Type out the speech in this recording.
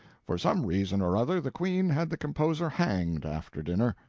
for some reason or other the queen had the composer hanged, after dinner.